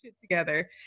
together